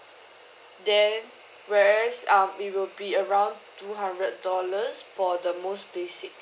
then whereas um it will be around two hundred dollars for the most basic